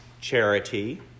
charity